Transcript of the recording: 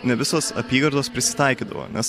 ne visos apygardos prisitaikydavo nes